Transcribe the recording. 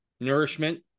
nourishment